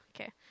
Okay